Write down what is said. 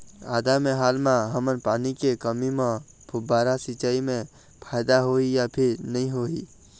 आदा मे हाल मा हमन पानी के कमी म फुब्बारा सिचाई मे फायदा होही या फिर नई होही?